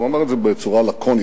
הוא אמר זה בצורה לקונית,